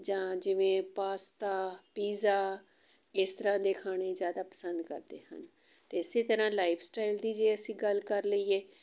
ਜਾਂ ਜਿਵੇਂ pasta pizza ਇਸ ਤਰ੍ਹਾਂ ਦੇ ਖਾਣੇ ਜ਼ਿਆਦਾ ਪਸੰਦ ਕਰਦੇ ਹਨ ਅਤੇ ਇਸ ਤਰ੍ਹਾਂ ਲਾਈਫ ਸਟਾਈਲ ਦੀ ਜੇ ਅਸੀਂ ਗੱਲ ਕਰ ਲਈਏ